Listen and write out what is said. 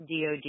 DOD